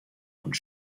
und